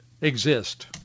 exist